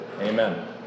Amen